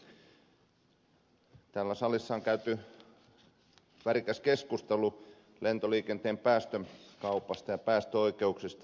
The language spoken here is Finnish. täällä salissa on käyty värikäs keskustelu lentoliikenteen päästökaupasta ja päästöoikeuksista